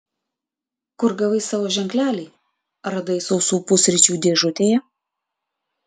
kur gavai savo ženklelį radai sausų pusryčių dėžutėje